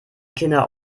kinder